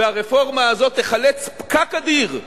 והרפורמה הזאת תחלץ פקק אדיר,